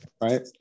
right